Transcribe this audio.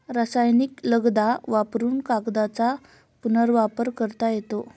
रासायनिक लगदा वापरुन कागदाचा पुनर्वापर करता येतो